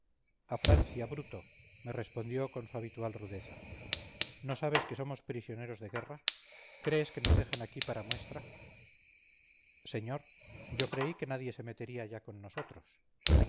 a francia bruto me respondió con su habitual rudeza no sabes que somos prisioneros de guerra crees que nos dejan aquí para muestra señor yo creí que nadie se metería ya con nosotros